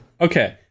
Okay